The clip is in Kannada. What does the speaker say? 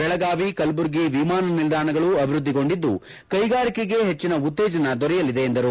ಬೆಳಗಾವಿ ಕಲಬುರಗಿ ವಿಮಾನ ನಿಲ್ದಾಣಗಳು ಅಭಿವೃದ್ಧಿಗೊಂಡಿದ್ದು ಕೈಗಾರಿಕೆಗೆ ಹೆಚ್ಚಿನ ಉತ್ತೇಜನ ದೊರೆಯಲಿದೆ ಎಂದರು